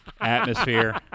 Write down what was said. atmosphere